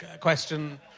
question